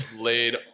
laid